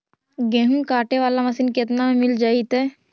गेहूं काटे बाला मशीन केतना में मिल जइतै?